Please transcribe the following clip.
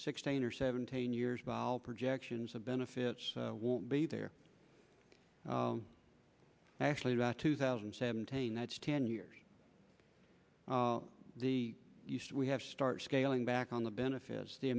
sixteen or seventeen years by all projections of benefits won't be there actually about two thousand and seventeen that's ten years the we have to start scaling back on the benefits the